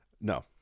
no